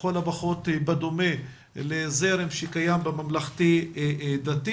לכל הפחות בדומה לזרם שקיים בממלכתי-דתי,